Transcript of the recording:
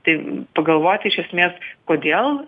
tai pagalvoti iš esmės kodėl